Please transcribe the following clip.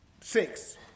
six